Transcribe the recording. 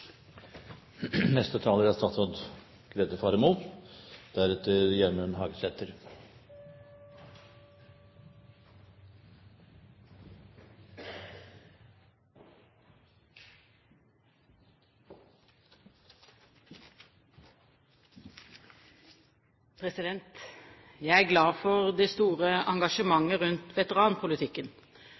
Det skulle bare mangle! Jeg er glad for det store engasjementet rundt veteranpolitikken.